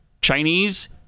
Chinese